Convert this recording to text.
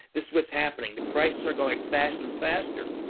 this is what's happening. the prices are going faster and faster,